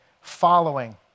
following